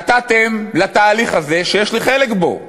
נתתם לתהליך הזה, שיש לי חלק בו,